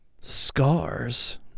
scars